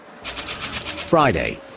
Friday